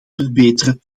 verbeteren